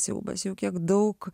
siaubas jau kiek daug